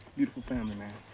beautiful family, man.